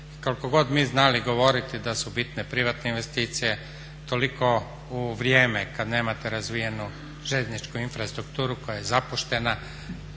Koliko god mi znali govoriti da su bitne privatne investicije, toliko u vrijeme kad nemate razvijenu željezničku infrastrukturu koja je zapuštena,